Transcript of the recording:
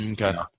Okay